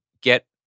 get